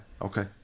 Okay